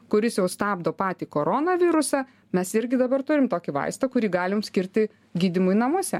kuris jau stabdo patį koronavirusą mes irgi dabar turim tokį vaistą kurį galim skirti gydymui namuose